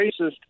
racist